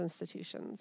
institutions